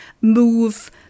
move